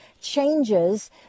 changes